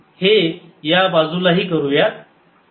हे ह्या बाजूलाही करूयात